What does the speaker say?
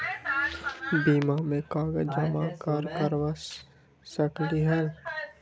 बीमा में कागज जमाकर करवा सकलीहल?